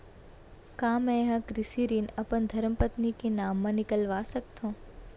का मैं ह कृषि ऋण अपन धर्मपत्नी के नाम मा निकलवा सकथो?